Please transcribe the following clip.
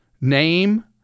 name